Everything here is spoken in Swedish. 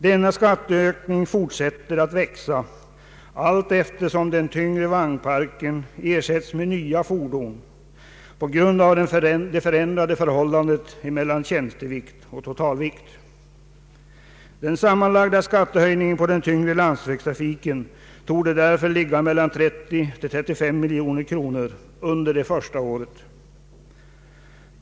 Denna skatt fortsätter att växa, allteftersom den tyngre vagnparken ersätts med nya fordon på grund av förändrade förhållanden mellan tjänstevikt och totalvikt. Den sammanlagda skattehöjningen på den tyngre landsvägstrafiken torde därför ligga mellan 30 och 35 miljoner kronor under det första året.